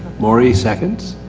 marsha seconds.